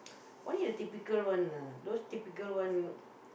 only the typical one lah those typical one